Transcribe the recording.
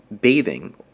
bathing